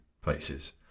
places